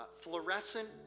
fluorescent